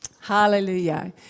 Hallelujah